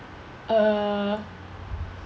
uh